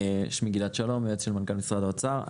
אני יועץ של מנכ"ל משרד האוצר.